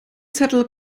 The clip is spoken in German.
zettel